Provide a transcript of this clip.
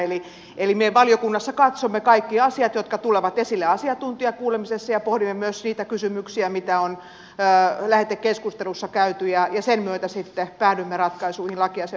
eli me valiokunnassa katsomme kaikki asiat jotka tulevat esille asiantuntijakuulemisessa ja pohdimme myös niitä kysymyksiä mitä on lähetekeskustelussa käyty ja sen myötä sitten päädymme ratkaisuihin lakivaliokunnassa